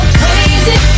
crazy